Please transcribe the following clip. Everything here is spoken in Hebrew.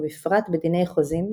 ובפרט בדיני חוזים,